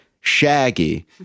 Shaggy